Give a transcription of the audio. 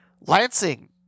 Lansing